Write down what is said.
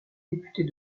députés